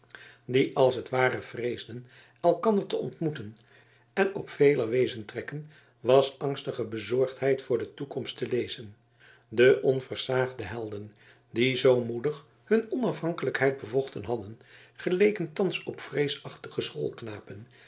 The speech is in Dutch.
die als het ware vreesden elkander te ontmoeten en op veler wezenstrekken was angstige bezorgdheid voor de toekomst te lezen de onversaagde helden die zoo moedig hun onafhankelijkheid bevochten hadden geleken thans op